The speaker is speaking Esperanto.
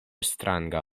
stranga